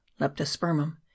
leptospermum